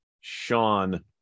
Sean